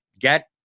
get